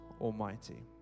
Almighty